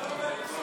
להביא שלום לאנושות.